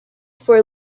for